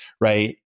right